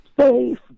safe